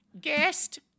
guest